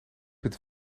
het